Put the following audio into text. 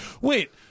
Wait